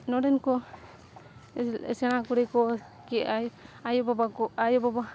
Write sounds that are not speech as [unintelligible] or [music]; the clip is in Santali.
ᱱᱚᱸᱰᱮᱱ ᱠᱚ ᱥᱮᱬᱟ ᱠᱩᱲᱤ ᱠᱚ ᱠᱤ [unintelligible] ᱟᱭᱳᱼᱵᱟᱵᱟ ᱠᱚ ᱟᱭᱚᱼᱵᱟᱵᱟ